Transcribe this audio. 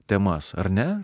temas ar ne